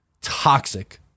toxic